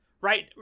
right